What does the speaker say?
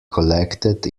collected